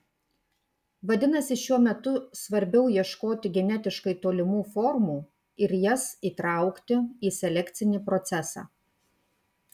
vadinasi šiuo metu svarbiau ieškoti genetiškai tolimų formų ir jas įtraukti į selekcinį procesą